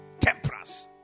Temperance